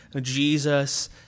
Jesus